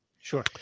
Sure